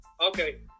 Okay